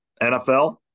NFL